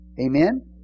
Amen